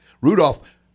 Rudolph